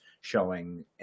showing